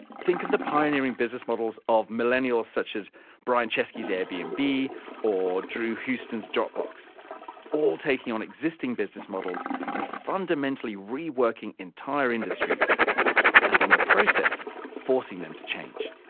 think of the pioneering business models of millennials such as brian chesky's airbnb, and or drew houston's dropbox all taking on existing business models and fundamentally reworking entire industries and in the process forcing them to change.